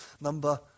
Number